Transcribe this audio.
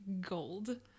gold